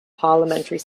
parliamentary